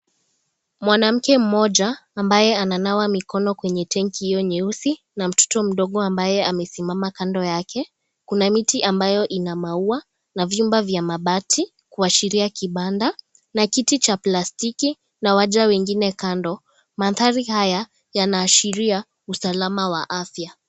Mwanamke mmoja, ambaye, ananawa mikono kwenye tanki hiyo nyeusi na mtoto mdogo ambaye amesimama kando yake. Kuna miti ambayo ina maua na vyumba vya mabati, kuashiria kibanda na kiti cha plastiki, na waja wengine kando. Mandhari haya yanaashiria, usalama wa afya.